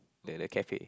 the the cafe